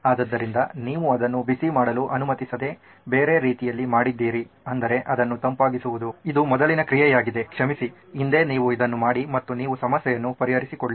ಆದ್ದರಿಂದ ನೀವು ಅದನ್ನು ಬಿಸಿಮಾಡಲು ಅನುಮತಿಸದೆ ಬೇರೆ ರೀತಿಯಲ್ಲಿ ಮಾಡಿದ್ದೀರಿ ಅಂದರೆ ಅದನ್ನು ತಂಪಾಗಿಸುವುದು ಇದು ಮೊದಲಿನ ಕ್ರಿಯೆಯಾಗಿದೆ ಕ್ಷಮಿಸಿ ಹಿಂದೇ ನೀವು ಇದನ್ನು ಮಾಡಿ ಮತ್ತು ನೀವು ಸಮಸ್ಯೆಯನ್ನು ಪರಿಹರಿಸಿಕೊಳ್ಳಿ